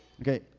Okay